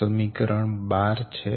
આ સમીકરણ 12 છે